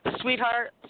Sweetheart